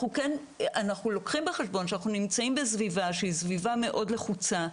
אנחנו לוקחים בחשבון שאנחנו נמצאים בסביבה מאוד לחוצה,